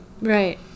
Right